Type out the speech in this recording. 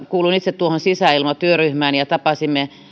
kuulun itse tuohon sisäilmatyöryhmään ja tapasimme